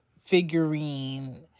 figurine